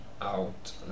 out